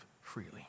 freely